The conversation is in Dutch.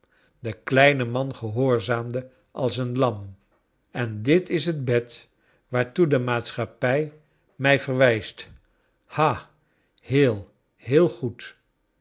de kleine man gehoorzaamde als een lam en dit is het bed waartoe de maatschappij mij verwijst ha heel heel goed